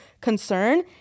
concern